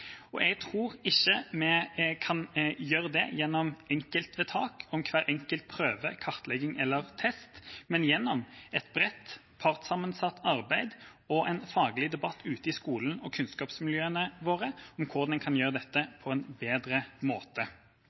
Jeg tror ikke vi kan gjøre det gjennom enkeltvedtak om hver enkelt prøve, kartlegging eller test, men gjennom et bredt partssammensatt arbeid og en faglig debatt ute i skolen og kunnskapsmiljøene våre om hvordan en kan gjøre dette på en bedre måte.